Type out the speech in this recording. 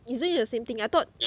isn't it the same thing I thought